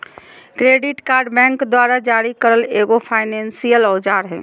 credit card bank द्वारा जारी करल एगो फायनेंसियल औजार हइ